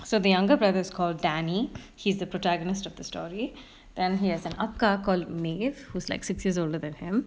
so the younger brother is called danny he's the protagonist of the story then he has an அக்கா:akka called myth who's like six years older than him